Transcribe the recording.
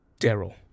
Daryl